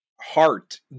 heart